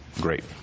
Great